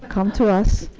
come to us.